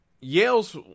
Yale's